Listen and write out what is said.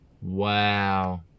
wow